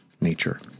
nature